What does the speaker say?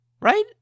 Right